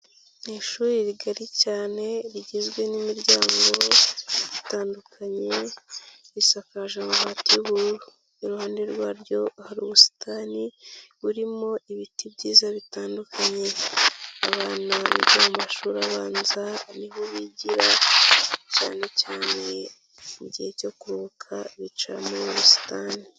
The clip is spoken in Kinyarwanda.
Ni ishuri rigari cyane, rigizwe n'imiryango itandukanye, risakaje amabati y'ubururu. Iruhande rwaryo hari ubusitani, burimo ibiti byiza bitandukanye, abana biga mu mashuri abanza ni ho bigira, cyanecyane igihe cyo kuruhuka, bicara mu busitani.